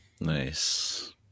Nice